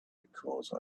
because